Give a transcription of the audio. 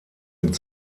mit